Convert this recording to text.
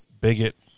bigot